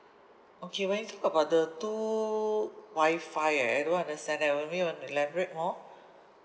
okay when you talk about the two wi-fi eh I don't understand that maybe you want to elaborate more